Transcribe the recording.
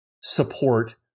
support